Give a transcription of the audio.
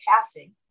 passing